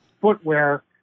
footwear